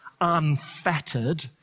unfettered